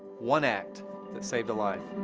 one act that saved a life.